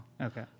Okay